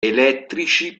elettrici